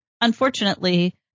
unfortunately